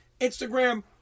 Instagram